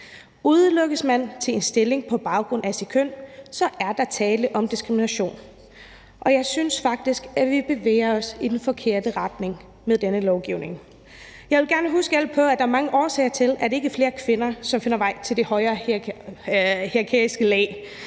Udelukkes man fra en stilling på baggrund af sit køn, er der tale om diskrimination. Og jeg synes faktisk, at vi bevæger os i den forkerte retning med denne lovgivning. Jeg vil gerne huske alle på, at der er mange årsager til, at der ikke er flere kvinder, som finder vej til de højere hierarkiske lag.